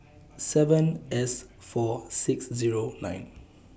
seven S four six Zero nine